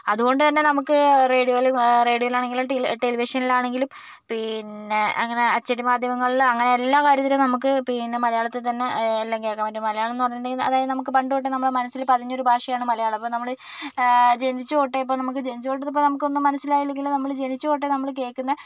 അതുകൊണ്ട്തന്നെ നമുക്ക് റേഡിയോയിൽ റേഡിയോയിലാണെങ്കിലും ടിലി ടെലിവിഷനിലാണെങ്കിലും പിന്നെ അങ്ങനെ അച്ചടി മാധ്യമങ്ങളിൽ അങ്ങനെ എല്ലാ കാര്യത്തിലും നമുക്ക് പിന്നെ മലയാളത്തിൽത്തന്നെ എല്ലാം കേൾക്കാൻ പറ്റും മലയാളമെന്നു പറഞ്ഞിട്ടുണ്ടെങ്കിൽ അതായത് നമുക്ക് പണ്ട് തൊട്ടേ നമ്മുടെ മനസ്സിൽ പതിഞ്ഞൊരു ഭാഷയാണ് മലയാളം അപ്പോൾ നമ്മൾ ജനിച്ചു തൊട്ടേ ഇപ്പോൾ നമുക്ക് ജനിച്ചു തൊട്ട് ഇതിപ്പോൾ നമുക്കൊന്നും മനസ്സിലായില്ലെങ്കിലും നമ്മൾ ജനിച്ചു തൊട്ടേ നമ്മൾ കേൾക്കുന്ന